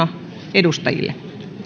edustajille